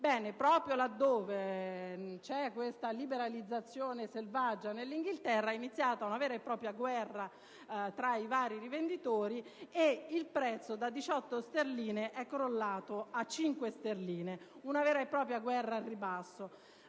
dove c'è questa liberalizzazione selvaggia, è iniziata una vera propria guerra tra i vari rivenditori; il prezzo, da 18 sterline, è crollato a 5 sterline. Una vera e propria guerra al ribasso.